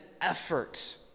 effort